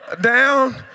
down